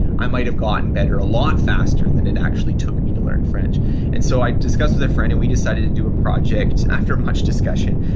i might have gotten better a lot faster than it actually took me to learn french and so i discussed with a friend and we decided to do a project, after much discussion,